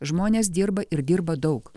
žmonės dirba ir dirba daug